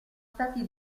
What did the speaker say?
stati